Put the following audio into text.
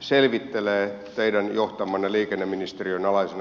selvittelee teidän johtamanne liikenneministeriön alaisena liikennevirasto